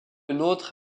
nôtre